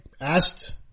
asked